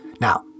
Now